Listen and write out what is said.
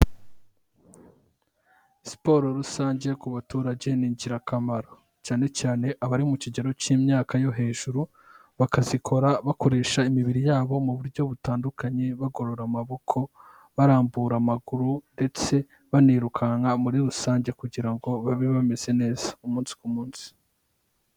Siporo rusange ku baturage ni ingirakamaro, cyane cyane abari mu kigero cy'imyaka yo hejuru, bakazikora bakoresha imibiri yabo mu buryo butandukanye bagorora amaboko, barambura amaguru ndetse banirukanka muri rusange kugira ngo babe bameze neza, umunsi ku munsi.